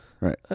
Right